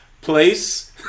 place